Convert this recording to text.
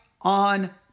on